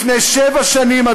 לפני שבע שנים,